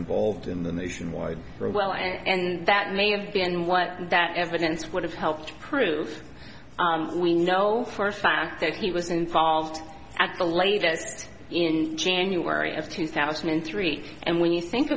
involved in the nationwide for a while and that may have been what that evidence would have helped prove we know for a fact that he was involved at the latest in january of two thousand and three and when you think